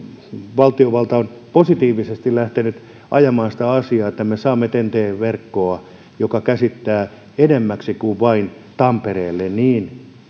valtiovalta on positiivisesti lähtenyt ajamaan sitä asiaa että me saamme ten t verkkoa joka ulottuu edemmäksi kuin vain tampereelle